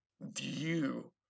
view